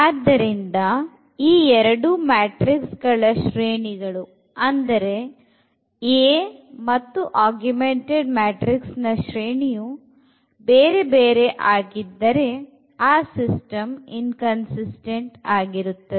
ಆದ್ದರಿಂದ ಈ ಎರಡು ಮ್ಯಾಟ್ರಿಕ್ಸ್ ಗಳ ಶ್ರೇಣಿಗಳು ಅಂದರೆ A ಮತ್ತು ಆಗುಮೆಂಟೆಡ್ ಮ್ಯಾಟ್ರಿಕ್ಸ್ ನ ಶ್ರೇಣಿಯು ಬೇರೆಬೇರೆ ಆಗಿದ್ದರೆ ಆ ಸಿಸ್ಟಮ್ ಇನ್ಕನ್ಸಿಸ್ಟ್೦ಟ್ ಆಗಿರುತ್ತದೆ